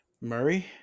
Murray